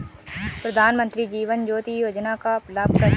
प्रधानमंत्री जीवन ज्योति योजना का लाभ कैसे लें?